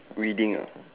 reading ah